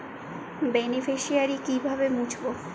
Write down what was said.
Beneficiary কিভাবে মুছব?